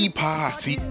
party